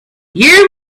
you